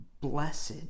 blessed